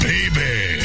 Baby